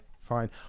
fine